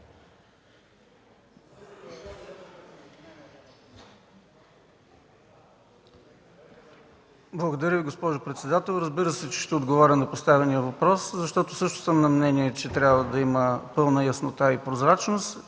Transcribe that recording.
Благодаря Ви, госпожо председател. Ще отговоря на поставения въпрос, защото също съм мнение, че трябва да има пълна яснота и прозрачност.